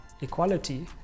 equality